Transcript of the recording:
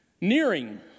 Nearing